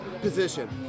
position